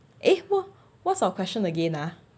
eh wh~ what's our question again ah